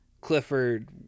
Clifford